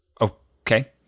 Okay